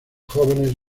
jóvenes